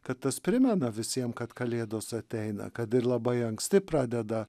kad tas primena visiem kad kalėdos ateina kad ir labai anksti pradeda